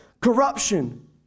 corruption